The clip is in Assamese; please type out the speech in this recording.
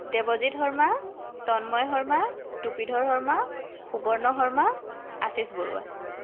দেৱজিৎ শৰ্মা তন্ময় শৰ্মা টুপিধৰ শৰ্মা সুবৰ্ণ শৰ্মা আশীষ বৰুৱা